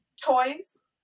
Toys